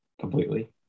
completely